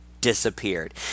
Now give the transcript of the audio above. disappeared